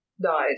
Died